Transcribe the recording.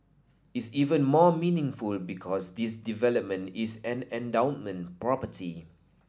is even more meaningful because this development is an endowment property